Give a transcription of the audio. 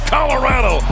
Colorado